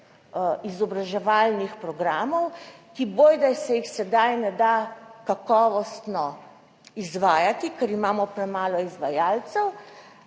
izobraževalnih programov, ki bojda se jih sedaj ne da kakovostno izvajati, ker imamo premalo izvajalcev.